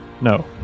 no